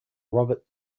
robert